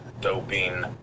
doping